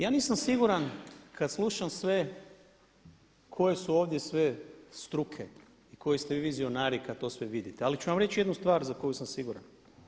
Ja nisam siguran kada slušam sve koje su ovdje sve struke, koji ste vi vizionari kada sve to vidite, ali ću vam reći jednu stvar za koju sam siguran.